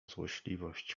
złośliwość